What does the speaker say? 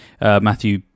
Matthew